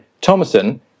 Thomason